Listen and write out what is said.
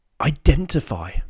identify